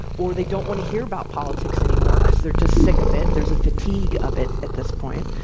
or they don't want to hear about politics anymore, because they're just sick of it. there's a fatigue of it at this point.